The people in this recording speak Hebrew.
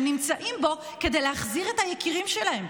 נמצאים בו כדי להחזיר את היקירים שלהם.